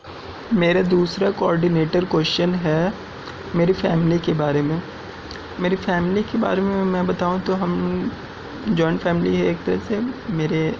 میرے دوسرے coordinator question ہے میری فیملی کے بارے میں میری فیملی کے بارے میں بتاؤں تو ہم جوائنٹ فیملی ہے ایک طرح سے میرے